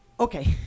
okay